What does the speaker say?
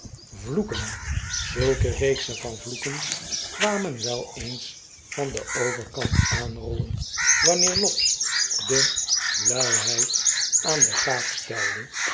vloeken zulke reeksen van vloeken kwamen wel eens van den overkant aanrollen wanneer lobbs de luiheid aan de kaak stelde